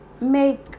make